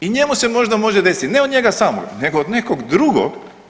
I njemu se možda može desiti, ne od njega samoga, nego od nekog drugog.